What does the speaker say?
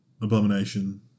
Abomination